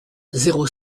zéro